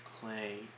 clay